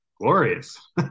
glorious